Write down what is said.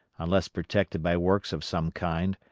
unless protected by works of some kind,